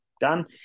done